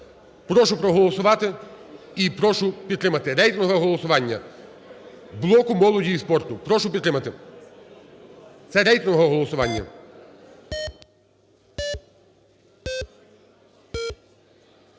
Прошу проголосувати і прошу підтримати. Рейтингове голосування блоку молоді і спорту. Прошу підтримати. Це рейтингове голосування.